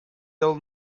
del